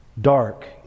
dark